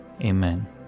amen